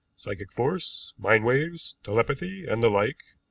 psychic force, mind waves, telepathy, and the like,